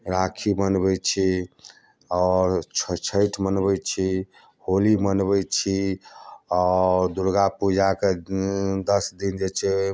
राखी बन्हबैत छी आओर छठि मनबैत छी होली मनबैत छी आओर दुर्गापूजाके दश दिन जे छै